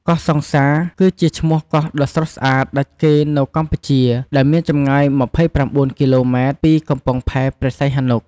កោះសង្សារ គឺជាឈ្មោះកោះដ៏ស្រស់ស្អាតដាច់គេនៅកម្ពុជា ដែលមានចម្ងាយ ២៩ គីឡូម៉ែត្រពីកំពង់ផែខេត្តព្រះសីហនុ។